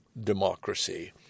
democracy